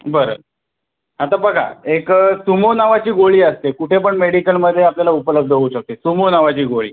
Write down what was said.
बरं आता बघा एक सुमो नावाची गोळी असते कुठे पण मेडिकलमध्ये आपल्याला उपलब्ध होऊ शकते सुमो नावाची गोळी